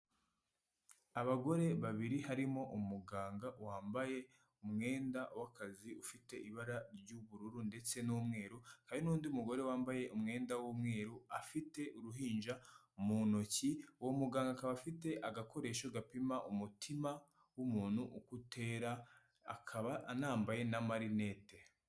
Abagore babiri harimo umuganga wambaye umwenda w'akazi, ufite ibara ry'ubururu ndetse n'umweru, hari n'undi mugore wambaye umwenda w'umweru afite uruhinja mu ntoki, uwo muganga akaba afite agakoresho gapima umutima w'umuntu uko utera, akaba anambaye n'amarinete.